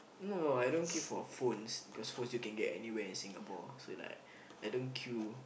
no I don't queue for phones because phones you can get anywhere in Singapore so like I don't queue